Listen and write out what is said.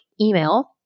email